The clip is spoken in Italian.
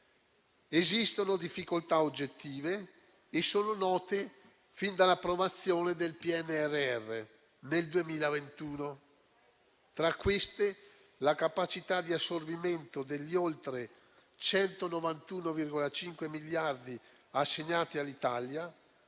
Esistono difficoltà oggettive e sono note fin dall'approvazione del PNRR nel 2021: tra queste, la capacità di assorbimento degli oltre 191,5 miliardi assegnati all'Italia,